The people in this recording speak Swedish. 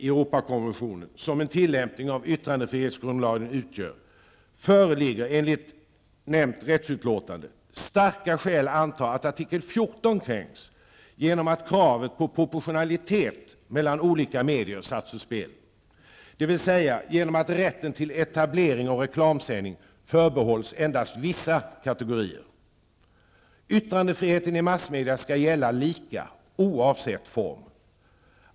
Europakonventionen som en tillämpning av yttrandefrihetsgrundlagen utgör, föreligger enligt nämnt rättsutlåtande starka skäl att anta att artikel 14 kränks genom att kravet på proportionalitet mellan olika medier satts ur spel, dvs. genom att rätten till etablering och reklamsändning endast förbehålls vissa kategorier. Yttrandefriheten i massmedia skall gälla lika oavsett form.